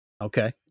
Okay